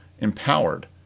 empowered